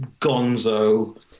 gonzo